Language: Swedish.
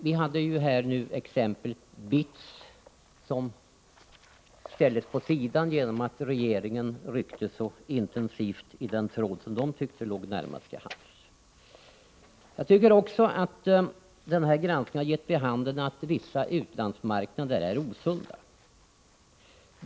Vi hade ju här exemplet BITS, som ställdes åt sidan genom att regeringen ryckte så intensivt i den tråd som man där tyckte låg närmast till hands. Granskningen har också visat att vissa utlandsmarknader är osunda.